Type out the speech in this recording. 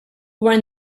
were